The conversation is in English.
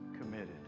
committed